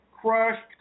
crushed